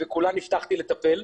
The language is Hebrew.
ובכולן הבטחתי לטפל.